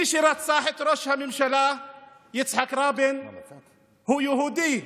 מי שרצח את ראש הממשלה יצחק רבין הוא יהודי.